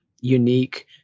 unique